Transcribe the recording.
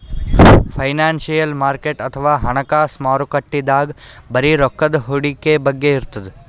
financial market ಅಥವಾ ಹಣಕಾಸ್ ಮಾರುಕಟ್ಟೆದಾಗ್ ಬರೀ ರೊಕ್ಕದ್ ಹೂಡಿಕೆ ಬಗ್ಗೆ ಇರ್ತದ್